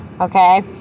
okay